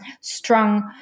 strong